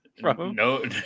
no